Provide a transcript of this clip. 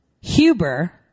Huber